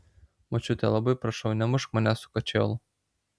močiute labai prašau nemušk manęs su kočėlu